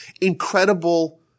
incredible